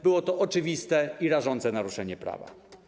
Było to oczywiste i rażące naruszenie prawa.